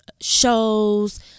shows